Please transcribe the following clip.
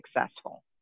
successful